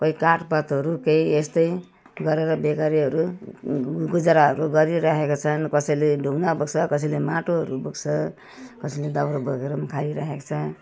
कोही काठपातहरू केही यस्तै गरेर बेकारीहरू गुजाराहरू गरिरहेका छन् कसैले ढुङ्गा बोक्छ कसैले माटोहरू बोक्छ कसैले दाउरा बोकेर पनि खाइरहेको छ